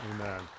Amen